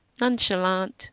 nonchalant